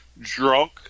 drunk